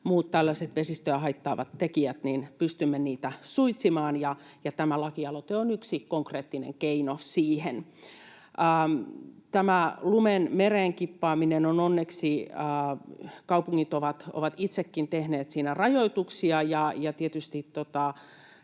vesistöä haittaavia tekijöitä suitsimaan, ja tämä lakialoite on yksi konkreettinen keino siihen. Tähän lumen mereen kippaamiseen onneksi kaupungit ovat itsekin tehneet rajoituksia, ja tietysti